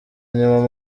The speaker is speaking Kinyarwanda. nyuma